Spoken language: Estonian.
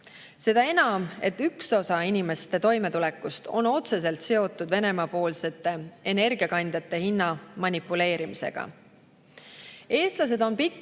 Seda enam, et üks osa inimeste toimetulekust on otseselt seotud Venemaa-poolsete energiakandjate hinna manipuleerimisega. Eestlased on pikka